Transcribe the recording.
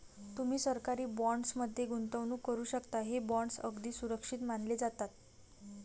तुम्ही सरकारी बॉण्ड्स मध्ये गुंतवणूक करू शकता, हे बॉण्ड्स अगदी सुरक्षित मानले जातात